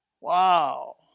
Wow